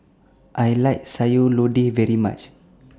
I like Sayur Lodeh very much